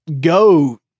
go